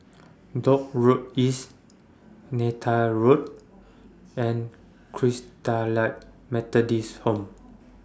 Dock Road East Neythal Road and Christalite Methodist Home